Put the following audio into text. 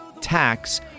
tax